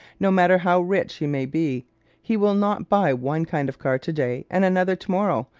no matter how rich he may be he will not buy one kind of car today and another tomorrow,